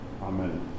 Amen